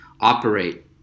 operate